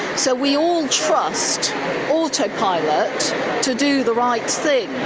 so we all trust autopilot to do the right thing.